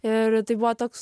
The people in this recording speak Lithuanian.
ir tai buvo toks